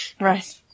Right